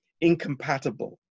incompatible